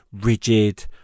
rigid